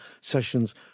sessions